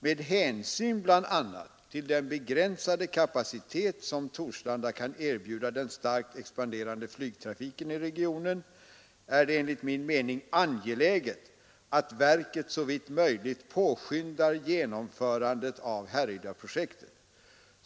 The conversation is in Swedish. Med hänsyn bl.a. till den begränsade kapacitet som Torslanda kan erbjuda den starkt expanderande flygtrafiken i regionen är det enligt min mening angeläget att verket såvitt möjligt påskyndar genomförandet av Härryda-projektet.